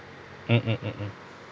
mmhmm mmhmm